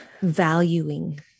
valuing